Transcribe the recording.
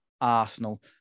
Arsenal